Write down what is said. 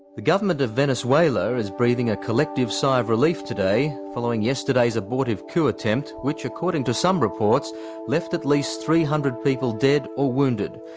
the government of venezuela is breathing a collective sigh of relief today following yesterday's abortive coup attempt, which according to some reports left at least three hundred people dead or wounded.